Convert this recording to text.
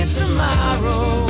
tomorrow